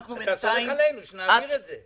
אתה סומך עלינו שנעביר את זה.